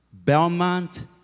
Belmont